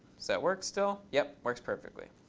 does that work still? yep works perfectly.